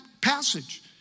passage